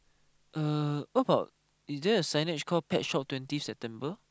uh what about is there a signage called pet shop twenty September